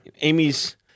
Amy's